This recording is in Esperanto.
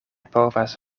povas